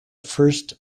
first